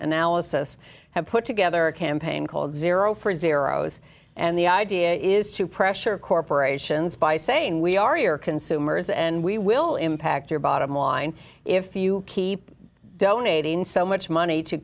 analysis have put together a campaign called zero prisoner zero s and the i idea is to pressure corporations by saying we are your consumers and we will impact your bottom line if you keep donating so much money to